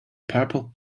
purple